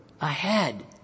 ahead